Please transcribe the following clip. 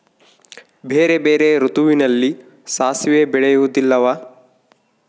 ಬೇರೆ ಬೇರೆ ಋತುವಿನಲ್ಲಿ ಸಾಸಿವೆ ಬೆಳೆಯುವುದಿಲ್ಲವಾ?